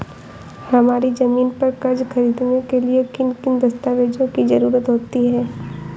हमारी ज़मीन पर कर्ज ख़रीदने के लिए किन किन दस्तावेजों की जरूरत होती है?